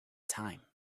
time